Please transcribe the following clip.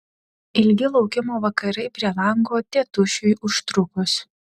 ilgi laukimo vakarai prie lango tėtušiui užtrukus